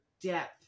depth